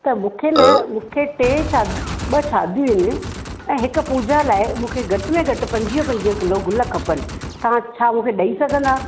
त मूंखे न मूंखे टे शा ॿ शादियूं आहिनि ऐं हिकु पूॼा लाइ मूंखे घटि में घटि पंजवीह पंजवीह किलो गुल खपनि तव्हां छा मूंखे ॾेई सघंदा